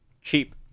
cheap